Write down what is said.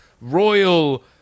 royal